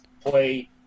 play